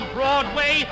Broadway